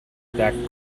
that